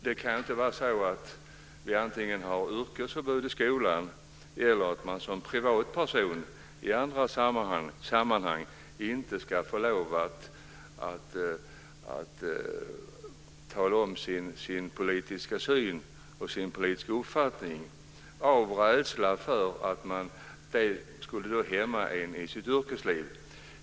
Det kan inte vara så att vi antingen har yrkesförbud i skolan eller att man som privatperson i andra sammanhang inte ska få lov att tala om sin politiska uppfattning av rädsla för att därför bli hämmad i sitt yrkesliv.